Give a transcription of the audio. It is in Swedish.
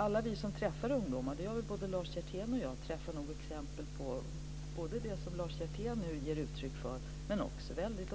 Alla vi som träffar ungdomar - det gör väl både Lars Hjertén och jag - ser nog exempel både på det som Lars Hjertén nu ger uttryck för